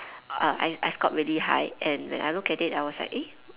uh I I scored really high and when I look at it I was like eh